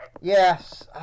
Yes